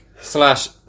slash